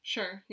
Sure